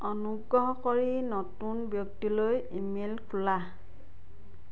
অনুগ্ৰহ কৰি নতুন ব্যক্তিলৈ ই মেইল খোলা